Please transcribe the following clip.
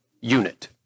unit